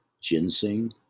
ginseng